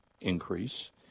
increase